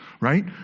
right